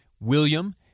William